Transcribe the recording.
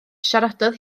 siaradodd